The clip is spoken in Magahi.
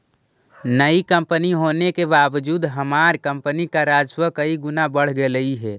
नई कंपनी होने के बावजूद हमार कंपनी का राजस्व कई गुना बढ़ गेलई हे